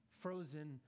frozen